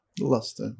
lust